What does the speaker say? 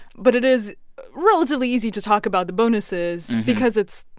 but it is relatively easy to talk about the bonuses because it's,